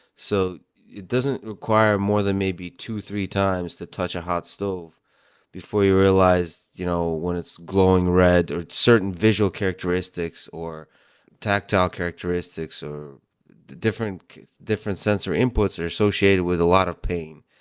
so it doesn't require more than maybe two, three times to touch a hot stove before you realize you know when it's glowing red or its certain visual characteristics or tactile characteristics or different different sensor inputs are associated with a lot of pain.